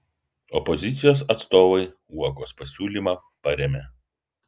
opozicijos atstovai uokos pasiūlymą parėmė